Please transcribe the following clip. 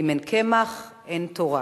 "אם אין קמח, אין תורה".